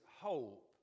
hope